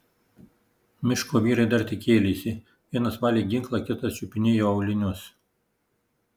miško vyrai dar tik kėlėsi vienas valė ginklą kitas čiupinėjo aulinius